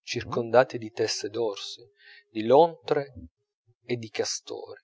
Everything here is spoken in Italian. circondati di teste d'orsi di lontre e di castori